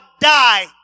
die